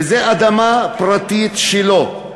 וזה אדמה פרטית שלו,